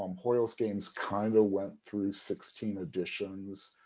um hoyle's games kind of went through sixteen editions.